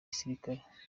gisirikare